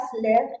left